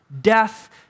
death